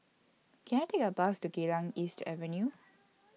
Can I Take A Bus to Geylang East Avenue